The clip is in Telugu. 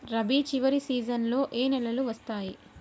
రబీ చివరి సీజన్లో ఏ నెలలు వస్తాయి?